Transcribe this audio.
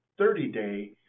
30-day